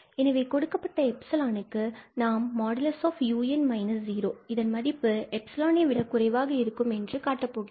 எனவே கொடுக்கப்பட்ட எப்சிலான் க்கு நாம் |un 0| இதன் மதிப்பு எப்சிலோன் ஐ விட குறைவாக இருக்கும் என்று காட்டப் போகிறோம்